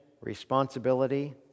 responsibility